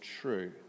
true